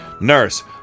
Nurse